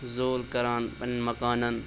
زوٗل کَران پننیٚن مکانَن